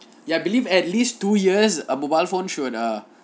ya believe at least two years a mobile phone should err